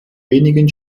wenigen